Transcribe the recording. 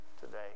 today